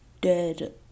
dead